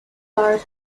bar